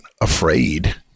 afraid